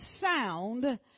sound